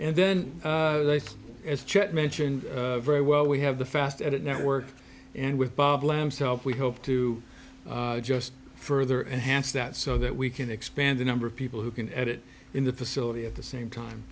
and then as chet mentioned very well we have the fast at it network and with bob lam self we hope to just further enhance that so that we can expand the number of people who can add it in the facility at the same time